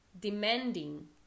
Demanding